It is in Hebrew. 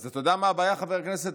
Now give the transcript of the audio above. אז אתה יודע מה הבעיה, חבר הכנסת?